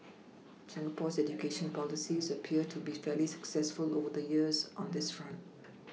Singapore's education policies appear to been fairly successful over the years on this front